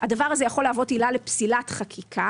הדבר הזה יכול להוות עילה לפסילת חקיקה.